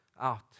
out